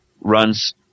runs